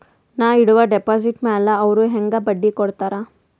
ನಾ ಇಡುವ ಡೆಪಾಜಿಟ್ ಮ್ಯಾಲ ಅವ್ರು ಹೆಂಗ ಬಡ್ಡಿ ಕೊಡುತ್ತಾರ?